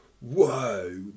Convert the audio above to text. whoa